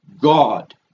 God